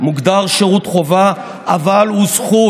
אני מרגיש חובה לכל